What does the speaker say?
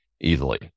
easily